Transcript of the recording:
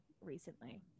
recently